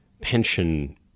pension